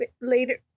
later